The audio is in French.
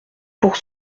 pour